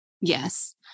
Yes